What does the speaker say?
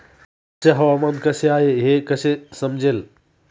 आजचे हवामान कसे आहे हे कसे समजेल?